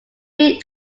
three